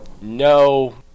no